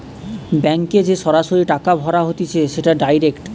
ব্যাংকে যে সরাসরি টাকা ভরা হতিছে সেটা ডাইরেক্ট